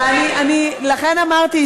לכן אמרתי,